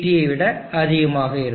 ஐ விட அதிகமாக இருக்கும்